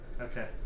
Okay